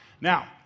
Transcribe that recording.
Now